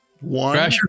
One